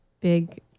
big